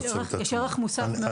יש לכך ערך מוסף גדול.